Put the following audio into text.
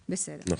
בסדר.